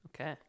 Okay